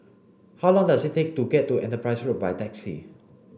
how long does it take to get to Enterprise Road by taxi